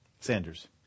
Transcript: sanders